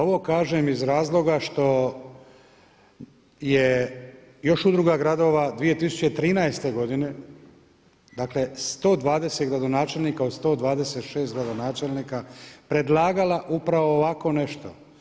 Ovo kažem iz razloga što je još udruga gradova 2013. godine, dakle 120 gradonačelnika od 126 gradonačelnika predlagala upravo ovako nešto.